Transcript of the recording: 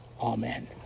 Amen